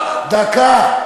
דקה.